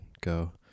go